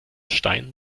stein